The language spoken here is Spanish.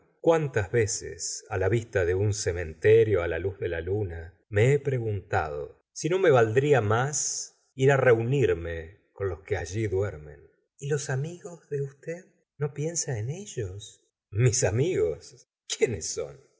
cuántas veces la vista de un cementerio la luz de la luna me he preguntado si no me valdría más ir á reunirme con los que allí duermen y los amigos de usted no piensa en ellos imis amigos quiénes son